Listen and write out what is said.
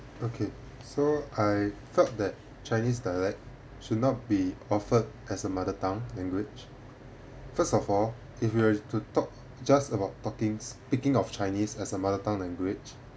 okay so I felt that chinese dialect should not be offered as a mother tongue language first of all if you have to talk just about talking speaking of chinese as a mother tongue language